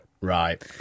Right